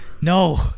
No